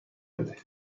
بده